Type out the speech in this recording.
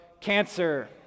cancer